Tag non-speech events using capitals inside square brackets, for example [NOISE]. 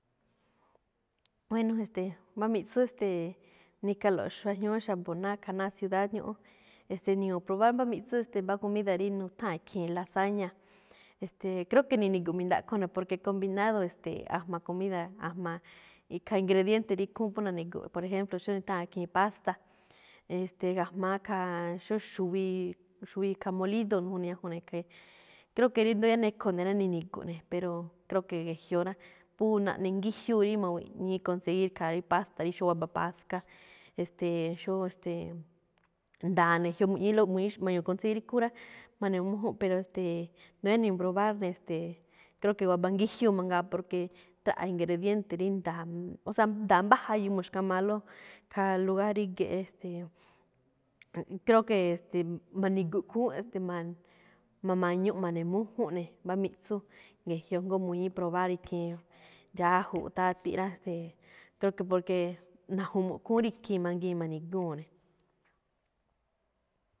Bueno, e̱ste̱e̱, mbá miꞌtsú, es̱te̱e̱, nikalo̱ꞌ xuajñúú xa̱bo̱. Naka ná ciudad ñúꞌún. E̱ste̱e̱, ni̱ñu̱u̱ probar mbá miꞌtsú, ste̱e̱, mbá comida rí nutháa̱n khii̱n lassaña. E̱ste̱e̱, creo que ni̱ni̱gu̱ꞌ mi̱ndaꞌkho ne̱, porque combinado, e̱ste̱e̱, a̱jma̱ comida, a̱jma̱ ikhaa ingrediente rí ikhúúnꞌ phú na̱ni̱gu̱ꞌ. Por ejemplo, xóo rí nutháa̱n khii̱n pasta, e̱ste̱e̱, ga̱jma̱á khaa xóo xuwi, xuwi khaa molido [UNINTELLIGIBLE] ñajuun ne̱. Ste̱e̱, creo que rí ndóo yáá nekho ne̱ rá, ni̱ni̱̱gu̱ꞌ ne̱. Pero, creo que gejyoꞌ rá, phú naꞌnengíjyúu rí ma̱wiꞌñi̱í conseguir khaa rí pasta rí xó waba paska. E̱ste̱e̱, xóó, e̱ste̱e̱, [HESITATION] nda̱a̱ ne̱ jyoꞌ mu̱ꞌñi̱ílóꞌ, mu̱ñi̱íxo̱ꞌ, ma̱ñu̱u̱ conseguir ikhúúnꞌ rá, ma̱nemújúnꞌ, pero este̱e̱, ndóo yáá [UNINTELLIGIBLE] ni̱ñu̱u̱ probar ne̱, ste̱e̱. Creo que waba ngíjyúu mangaa, porque traꞌa̱ ingrediente rí nda̱a̱. [UNINTELLIGIBLE] O sea, nda̱a̱ mbá jayu mu̱xkamaalóꞌ, khaa lugar ríge̱ꞌ. E̱ste̱e̱, creo que, e̱ste̱e̱, ma̱ni̱gi̱ꞌ khúúnꞌ, e̱ste̱e̱, ma̱ne̱, ma̱ma̱ñuꞌ ma̱ne̱mújúnꞌ ne̱ mbá miꞌtsú ge̱jyoꞌ jngó muñi̱í probar ikhiin dxájuꞌ, tátíꞌ rá. Ste̱e̱, creo que porque na̱ju̱mu̱ꞌ khúún rí ikhii̱n mangii̱n ma̱ni̱gúu̱nꞌ ne̱.